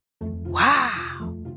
wow